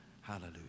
Hallelujah